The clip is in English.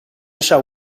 shall